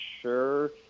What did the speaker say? sure